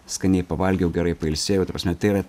skaniai pavalgiau gerai pailsėjau ta prasme tai yra